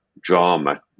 drama